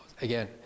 Again